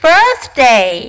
Birthday